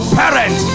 parent